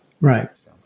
right